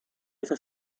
esa